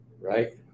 right